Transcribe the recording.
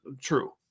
True